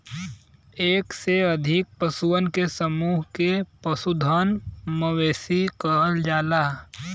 एक से अधिक पशुअन के समूह के पशुधन, मवेशी कहल जाला